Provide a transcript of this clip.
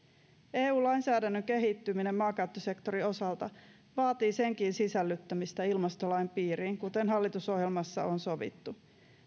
eu lainsäädännön kehittyminen maankäyttösektorin osalta vaatii senkin sisällyttämistä ilmastolain piirin kuten hallitusohjelmassa on sovittu